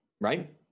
Right